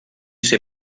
ser